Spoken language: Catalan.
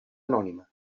anònima